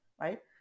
right